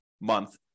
month